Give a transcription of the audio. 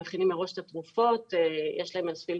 הם מכינים מראש את התרופות, יש להם אפילו